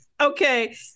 Okay